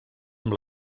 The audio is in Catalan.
amb